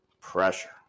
pressure